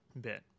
bit